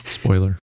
spoiler